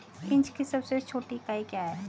Inch की सबसे छोटी इकाई क्या है?